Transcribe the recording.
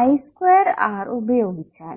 I square R ഉപയോഗിച്ചാൽ